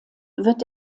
wird